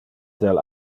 del